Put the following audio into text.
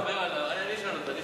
אני אשאל אותה, אני אשאל אותה.